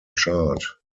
chart